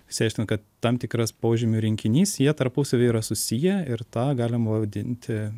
išsiaiškino kad tam tikras požymių rinkinys jie tarpusavyje yra susiję ir tą galima vadinti